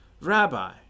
Rabbi